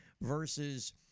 versus